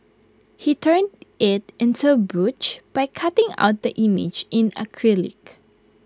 he turned IT into A brooch by cutting out the image in acrylic